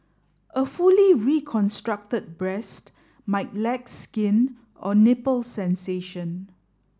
a fully reconstructed breast might lack skin or nipple sensation